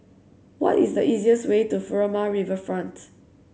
what is the easiest way to Furama Riverfront